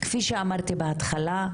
כפי שאמרתי בהתחלה,